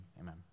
Amen